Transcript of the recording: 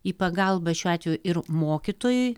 į pagalbą šiuo atveju ir mokytojui